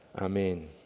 Amen